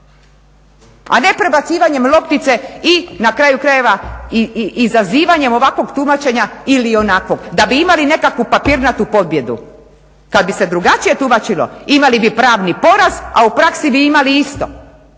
a ne prebacivanjem loptice i na kraju krajeva i zazivanjem ovakvog tumačenja ili onakvog da bi imali nekakvu papirnatu pobjedu. Kada bi se drugačije tumačilo imali bi pravni porast a u praksi bi imali isto.